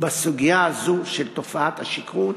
בסוגיה הזאת של תופעת השכרות,